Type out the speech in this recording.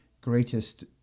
greatest